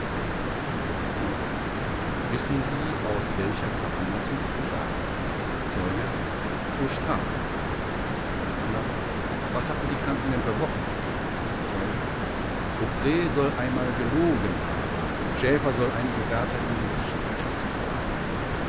vors wissen sie aus welcher veranlassung dies geschah zeuge zur strafe vors was hatten die kranken denn verbrochen zeuge opre soll einmal gelogen haben schäfer soll einige wärter im gesicht gekratzt haben